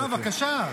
בבקשה.